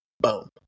boom